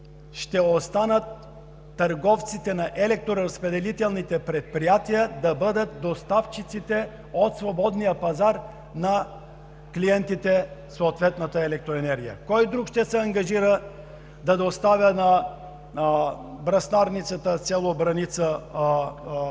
ще останат търговците на електроразпределителните предприятия да бъдат доставчиците от свободния пазар на клиентите – съответната електроенергия. Кой друг ще се ангажира да доставя на бръснарницата в село Бреница, община